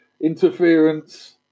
interference